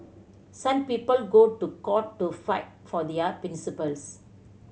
some people go to court to fight for their principles